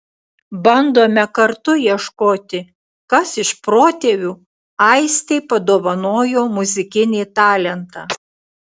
bandome kartu ieškoti kas iš protėvių aistei padovanojo muzikinį talentą